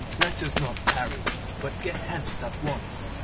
let us not tarry, but get hence at once,